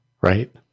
Right